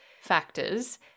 factors